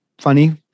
funny